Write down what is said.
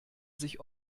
sich